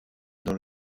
dans